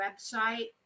website